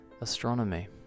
astronomy